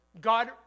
God